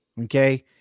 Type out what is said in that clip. Okay